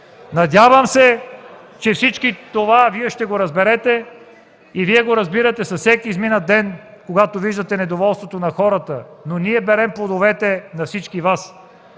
Надявам се, че всичко това Вие ще го разберете. И Вие го разбирате с всеки изминал ден, когато виждате недоволството на хората, но ние берем плодовете на всички Вас.